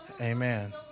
Amen